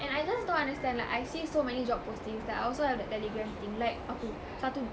and I just don't understand like I've seen so many job postings like I also have that Telegram thing like apa satu